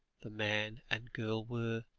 the man and girl were,